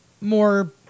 more